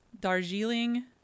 Darjeeling